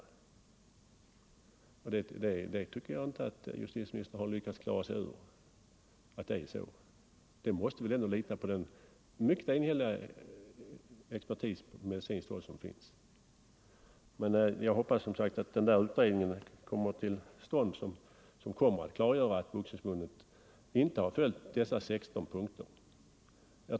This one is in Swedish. Att det är så tycker jag inte att justitieministern har lyckats klara sig ur. Man måste väl lita på den mycket enhälliga expertis som finns från medicinskt håll. Jag hoppas som sagt att det kommer till stånd en utredning som kommer att klargöra att Boxningsförbundet inte följt de 16 punkterna.